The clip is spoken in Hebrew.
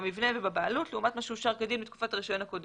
במבנה ובבעלות לעומת מה שאושר כדין בתקופת הרישיון הקודם.